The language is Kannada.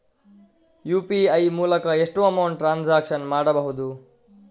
ಯು.ಪಿ.ಐ ಮೂಲಕ ಎಷ್ಟು ಅಮೌಂಟ್ ಟ್ರಾನ್ಸಾಕ್ಷನ್ ಮಾಡಬಹುದು?